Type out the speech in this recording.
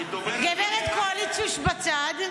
גב' קואליציוש בצד.